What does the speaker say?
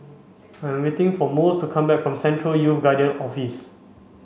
I'm waiting for Mose to come back from Central Youth Guidance Office